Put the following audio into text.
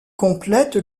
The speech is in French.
complète